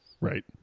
Right